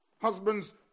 Husbands